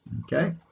Okay